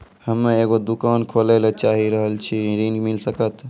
हम्मे एगो दुकान खोले ला चाही रहल छी ऋण मिल सकत?